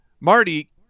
Marty